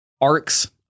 arcs